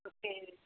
okay